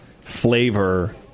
flavor